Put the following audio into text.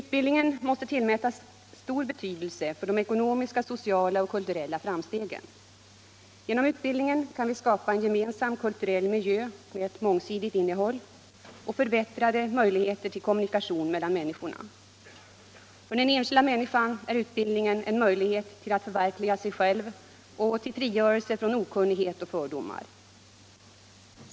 Utbildningen måste tillmätas stor betydelse för de ekonomiska, sociala och kulturella framstegen. Genom utbildningen kan vi skapa en gemensam kulturell miljö med ett mångsidigt innehåll och förbättrade möjligheter till kommunikation mellan människorna. För den enskilda människan är utbildningen en möjlighet till att förverkliga sig själv och till frigörelse från okunnighet och fördomar.